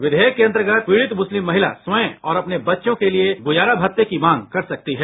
विधेयक के अंतर्गत पीड़ित मुस्लिम महिला स्वयं और अपने बच्चों के लिए गुजारा भत्ते की मांग कर सकती है